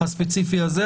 הספציפי הזה,